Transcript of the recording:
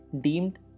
deemed